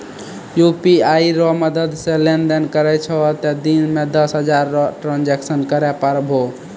UPI रो मदद से लेनदेन करै छहो तें दिन मे दस हजार रो ट्रांजेक्शन करै पारभौ